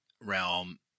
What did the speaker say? realm